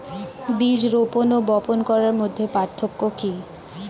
বীজ রোপন ও বপন করার মধ্যে পার্থক্য কি?